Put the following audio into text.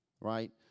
right